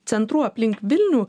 centrų aplink vilnių